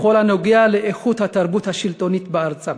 בכל הקשור לאיכות התרבות השלטונית בארצם.